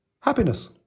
happiness